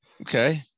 Okay